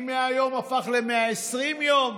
מ-100 יום הפך ל-120 יום.